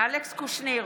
אלכס קושניר,